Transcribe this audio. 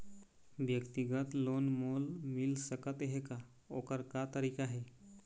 व्यक्तिगत लोन मोल मिल सकत हे का, ओकर का तरीका हे?